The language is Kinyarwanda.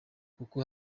kuko